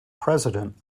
president